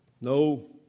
no